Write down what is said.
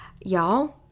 Y'all